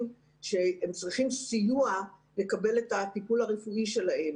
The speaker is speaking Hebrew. שצריכים סיוע לקבל את הטיפול הרפואי שלהם.